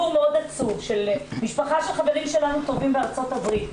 לספר כאן סיפור עצוב מאוד על משפחה של חברים טובים שלנו בארצות הברית.